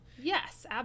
yes